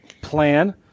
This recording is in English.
plan